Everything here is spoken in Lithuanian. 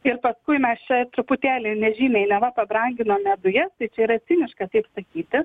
ir paskui mes čia truputėlį nežymiai neva pabranginome dujas tai čia yra ciniška taip sakyti